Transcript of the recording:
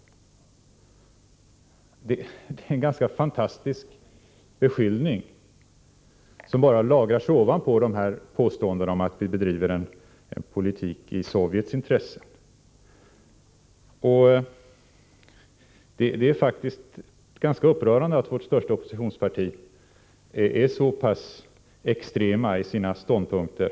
Det är en ganska fantastisk beskyllning, som lagras ovanpå påståendena om att vi bedriver en politik i Sovjets intressen. Det är faktiskt ganska upprörande att vårt största oppositionsparti är så pass extremt i sina ståndpunkter.